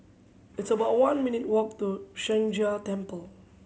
it's about one minute' walk to Sheng Jia Temple